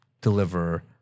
deliver